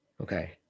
Okay